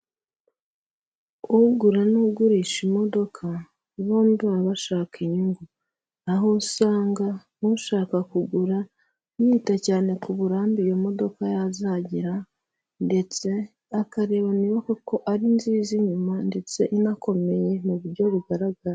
Ugura n'ugurisha imodoka bombi baba bashaka inyungu, aho usanga ushaka kugura yita cyane ku burambe iyo modoka yazagira ndetse akareba niba koko ari nziza inyuma ndetse inakomeye mu buryo bugaragara.